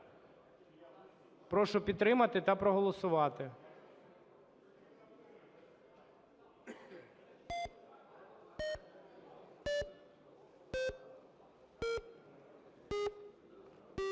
Прошу підтримати та проголосувати.